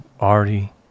already